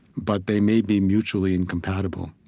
but they may be mutually incompatible.